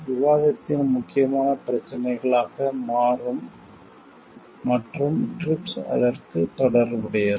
விவாதத்தின் முக்கியமான பிரச்சினைகளாக மாறும் மற்றும் TRIPS அதற்கு தொடர்புடையது